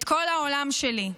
את כל העולם שלי.